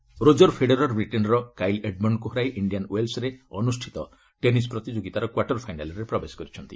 tennis Roger Federer ବ୍ରିଟେନ୍ର Kyle ଏଡ୍ମଣଙ୍କୁ ହରାଇ ଇଣ୍ଡିଆନ୍ ୱେଲ୍ୱରେ ଅନୁଷ୍ଠିତ ଟେନିସ୍ ପ୍ରତିଯୋଗିତାର କ୍ୱାର୍ଟର୍ ଫାଇନାଲ୍ରେ ପ୍ରବେଶ କରିଛନ୍ତି